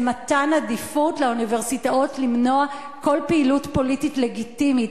וזה מתן עדיפות לאוניברסיטאות למנוע כל פעילות פוליטית לגיטימית.